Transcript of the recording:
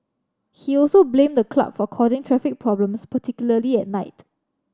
he also blamed the club for causing traffic problems particularly at night